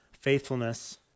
faithfulness